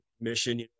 mission